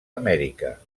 amèrica